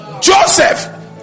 Joseph